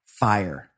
fire